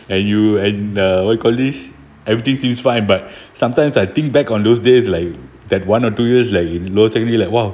and you and uh what you call this everything seems fine but sometimes I think back on those days like that one or two years like in lower secondary like !wow!